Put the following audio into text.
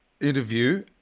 interview